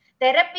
Therapy